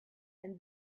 and